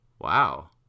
Wow